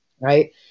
Right